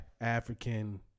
African